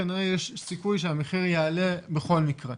כנראה יש סיכוי שהמחיר יעלה בכל מקרה.